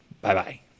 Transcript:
Bye-bye